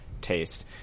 taste